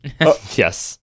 Yes